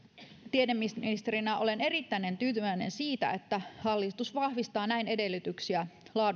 tiedeministerinä olen erittäin tyytyväinen siitä että hallitus vahvistaa näin edellytyksiä laadukkaalle